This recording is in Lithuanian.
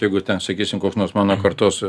jeigu ten sakysim koks nors mano kartos